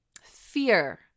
fear